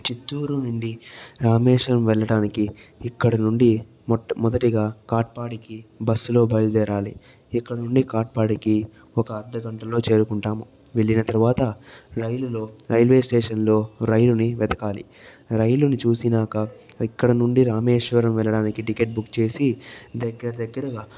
చిత్తూరు నుండి రామేశ్వరం వెళ్ళడానికి ఇక్కడి నుండి మొట్ట మొదటిగా కాట్పాడికి బస్సులో బయలుదేరాలి ఇక్కడ నుండి కాట్పాడికి ఒక అరగంటలో చేరుకుంటాము వెళ్ళిన తర్వాత రైలులో రైల్వే స్టేషన్లో రైలుని వెతకాలి రైలుని చూసినాక ఇక్కడ నుండి రామేశ్వరం వెళ్ళడానికి టికెట్ బుక్ చేసి దగ్గరదగ్గరగా